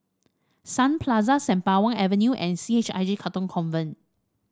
Sun Plaza Sembawang Avenue and C H I J Katong Convent